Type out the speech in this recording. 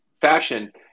fashion